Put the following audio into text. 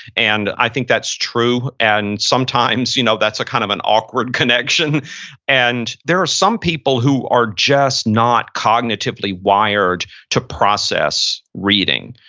and i think that's true. and sometimes you know that's a kind of an awkward connection and there are some people who are just not cognitively wired to process reading.